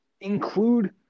include